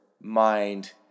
mind